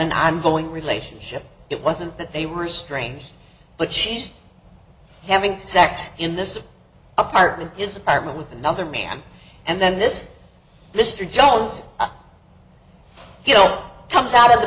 an ongoing relationship it wasn't that they were strangers but she's having sex in this apartment his apartment with another man and then this mr jones guilt comes out of the